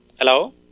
Hello